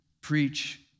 preach